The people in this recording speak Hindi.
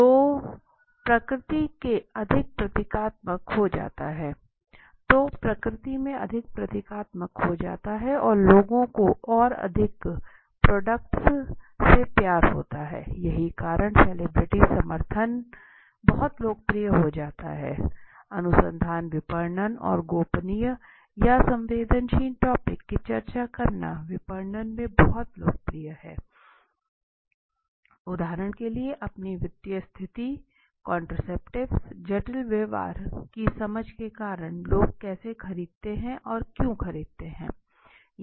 तो है प्रकृति में अधिक प्रतीकात्मक हो जाता है और लोगों को और अधिक प्रोडक्ट से प्यार होता है यही कारण सेलिब्रिटी समर्थन बहुत लोकप्रिय हो जाता है अनुसंधान विपणन और गोपनीय या संवेदनशील टॉपिक की चर्चा करना विपणन में बहुत लोकप्रिय है उदाहरण के लिए अपनी वित्तीय स्थिति कॉन्ट्रसेप्टिव जटिल व्यवहार की समझ के कारण लोग कैसे खरीदते हैं और क्यों खरीदते हैं